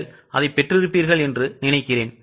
நீங்கள் அதைப் பெற்று இருப்பீர்கள் என்று நினைக்கிறேன்